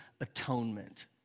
atonement